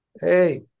Hey